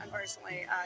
Unfortunately